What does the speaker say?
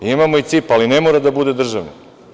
Imamo i CIP, ali ne mora da bude državno.